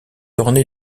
ornée